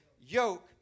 yoke